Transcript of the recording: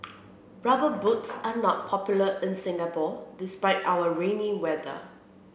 rubber boots are not popular in Singapore despite our rainy weather